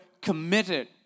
committed